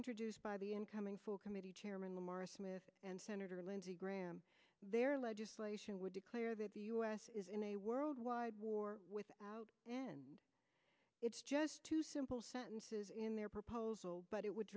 introduced by the incoming full committee chairman lamar smith and senator lindsey graham their legislation would declare that the u s is in a world wide war without end it's just two simple sentences in their proposal but it would